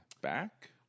back